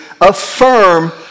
affirm